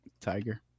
tiger